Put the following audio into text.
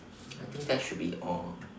I think that should be all